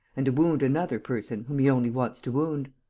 and to wound another person whom he only wants to wound.